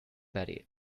betty